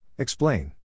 Explain